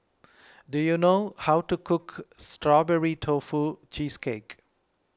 do you know how to cook Strawberry Tofu Cheesecake